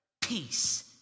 Peace